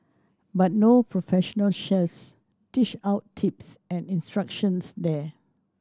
but no professional chefs dish out tips and instructions there